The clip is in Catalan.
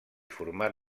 format